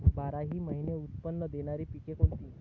बाराही महिने उत्त्पन्न देणारी पिके कोणती?